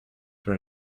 were